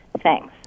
Thanks